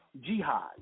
jihad